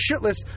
shitless